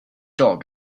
dog